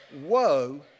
Woe